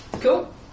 Cool